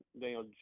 Daniel